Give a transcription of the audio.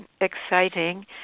exciting